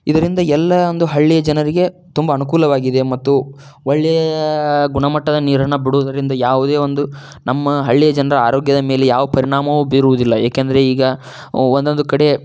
ಇದರಿಂದ ಎಲ್ಲಾ ಒಂದು ಹಳ್ಳಿಯ ಜನರಿಗೆ ತುಂಬ ಅನುಕೂಲವಾಗಿದೆ ಮತ್ತು ಒಳ್ಳೆಯ ಗುಣಮಟ್ಟದ ನೀರನ್ನು ಬಿಡುವುದರಿಂದ ಯಾವುದೇ ಒಂದು ನಮ್ಮ ಹಳ್ಳಿಯ ಜನರ ಆರೋಗ್ಯದ ಮೇಲೆ ಯಾವ ಪರಿಣಾಮವೂ ಬೀರುವುದಿಲ್ಲ ಏಕೆಂದರೆ ಈಗ ಒಂದೊಂದು ಕಡೆ